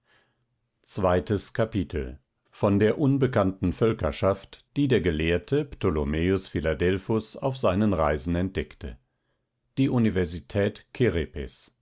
zweites kapitel von der unbekannten völkerschaft die der gelehrte ptolomäus philadelphus auf seinen reisen entdeckte die universität